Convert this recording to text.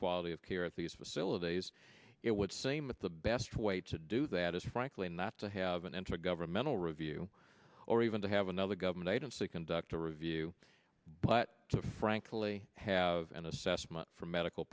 quality of care at these facilities it would seem that the best way to do that is frankly not to have an intergovernmental review or even to have another government agency conduct a review but to frankly have an assessment from medical